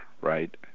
right